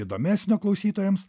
įdomesnio klausytojams